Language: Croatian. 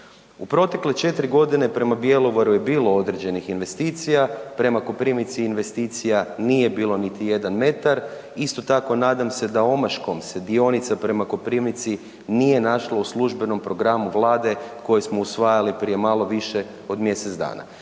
U protekle 4 godine prema Bjelovaru je bilo određenih investicija, prema Koprivnici investicija nije bilo niti jedan metar, isto tako nadam se da omaškom se dionica prema Koprivnici nije našla u službenom programu Vlade koji smo usvajali prije malo više od mjesec dana.